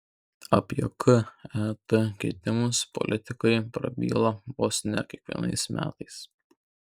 apie ket keitimus politikai prabyla vos ne kiekvienais metais